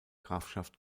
grafschaft